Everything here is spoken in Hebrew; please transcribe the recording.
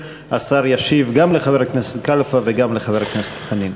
השר ישיב גם לחבר קלפה וגם לחבר הכנסת חנין.